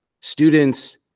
students